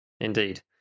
indeed